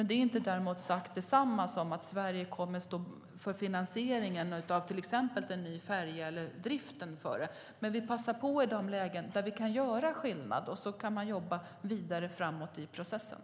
Det är därmed inte detsamma som att Sverige kommer att stå för finansieringen av till exempel en ny färja eller för driften av den. Men vi passar på i de lägen där vi kan göra skillnad och kan sedan jobba vidare framåt i processen.